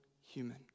human